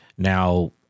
now